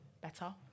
Better